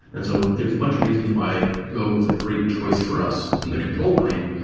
and so there's a bunch of reasons why go was a great choice for us in the control plane,